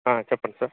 చెప్పండి సార్